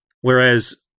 whereas